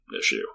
issue